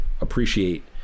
appreciate